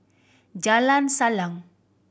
Jalan Salang